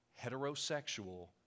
heterosexual